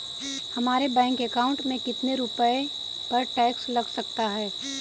हमारे bank account में कितने रुपये पर टैक्स लग सकता है?